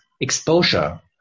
exposure